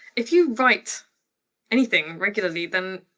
if you write anything regularly, then,